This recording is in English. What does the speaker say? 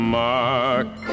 mark